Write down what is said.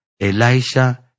Elisha